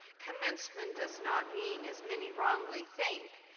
commencement does not mean, as many wrongly think,